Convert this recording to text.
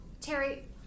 Terry